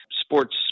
sports